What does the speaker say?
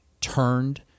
turned